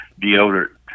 deodorant